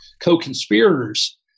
co-conspirators